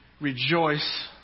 rejoice